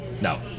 no